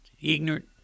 ignorant